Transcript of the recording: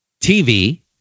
tv